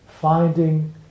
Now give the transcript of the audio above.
finding